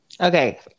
Okay